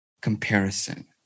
comparison